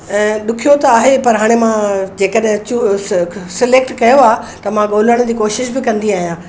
ऐं ॾुखियो त आहे पर हाणे मां जेकॾहिं सिलैक्ट कयो आहे त मां ॻोल्हण जी कोशिश बि कंदी आहियां